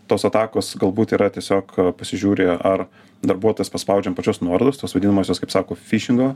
tos atakos galbūt yra tiesiog pasižiūri ar darbuotojas paspaudžia an pačios nuorodos tos vadinamosios kaip sako fišingo